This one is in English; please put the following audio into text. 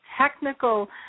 technical